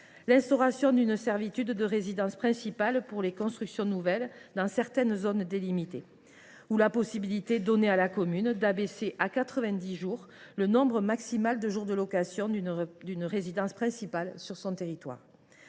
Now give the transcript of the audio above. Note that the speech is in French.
l’instauration d’une servitude de résidence principale pour les constructions nouvelles dans certaines zones délimitées ainsi que la possibilité offerte à la commune d’abaisser à 90 jours le nombre maximal de jours de location d’une résidence principale. Toutefois,